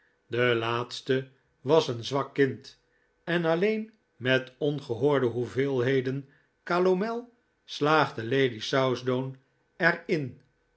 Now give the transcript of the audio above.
de laatste was een zwak kind en alleen met ongehoorde hoeveelheden calomel slaagde lady southdown er in